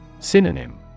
Synonym